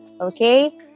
Okay